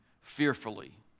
fearfully